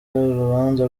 urubanza